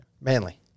Manly